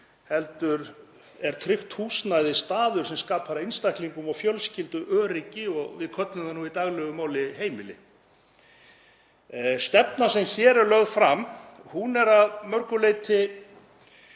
heldur er tryggt húsnæði staður sem skapar einstaklingum og fjölskyldum öryggi og við köllum það nú í daglegu máli heimili. Stefnan sem hér er lögð fram er að mörgu leyti